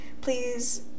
please